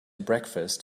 breakfast